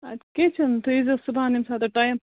اَدٕ کیٚنٛہہ چھُنہٕ تُہۍ ییٖزیٚو صُبحَن ییٚمہِ ساتہٕ تۄہہِ ٹایم